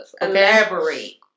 Elaborate